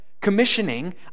commissioning